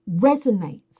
resonates